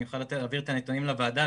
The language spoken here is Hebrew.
אני יכול להעביר את הנתונים לוועדה,